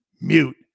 mute